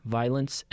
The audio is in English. violence